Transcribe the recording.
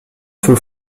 feu